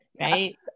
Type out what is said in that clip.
right